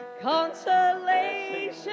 consolation